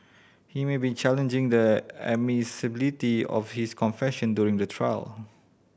he may be challenging the admissibility of his confession during the trial